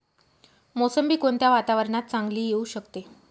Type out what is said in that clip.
मोसंबी कोणत्या वातावरणात चांगली येऊ शकते?